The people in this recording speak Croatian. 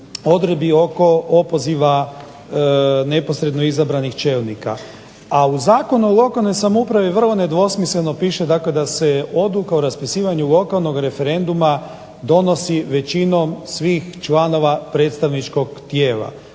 odredbi oko opoziva neposredno izabranih čelnika, a u Zakonu o lokalnoj samoupravi vrlo nedvosmisleno piše da se odluka o raspisivanja lokalnog referenduma donosi većinom svih članova predstavničkog tijela.